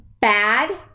Bad